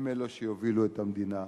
הם אלה שיובילו את המדינה,